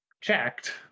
checked